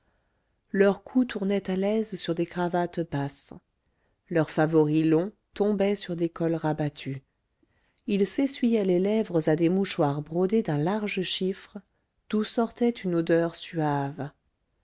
leur cou tournait à l'aise sur des cravates basses leurs favoris longs tombaient sur des cols rabattus ils s'essuyaient les lèvres à des mouchoirs brodés d'un large chiffre d'où sortait une odeur suave